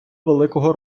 великого